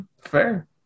Fair